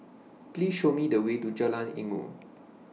Please Show Me The Way to Jalan Inggu